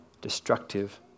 destructive